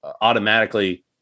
automatically